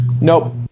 Nope